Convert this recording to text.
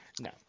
No